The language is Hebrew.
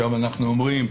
אנו אומרים: